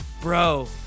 bro